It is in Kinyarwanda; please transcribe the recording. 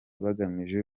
bagamije